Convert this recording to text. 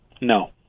No